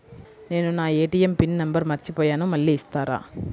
నేను నా ATM pin number మర్చిపోయాను మళ్ళీ ఇస్తారా?